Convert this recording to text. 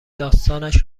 داستانش